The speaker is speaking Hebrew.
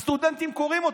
הסטודנטים קוראים אותו.